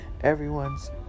everyone's